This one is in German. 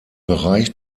bereich